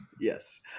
Yes